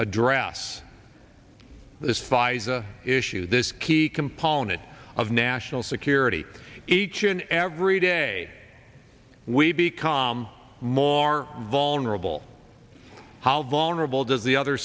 address this pfizer issue this key component of national security each and every day we become more vulnerable how vulnerable does the other